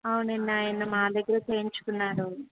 అవుననండి ఆయన మా దగ్గర చేయించుకున్నారు